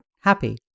happy